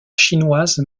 chinoise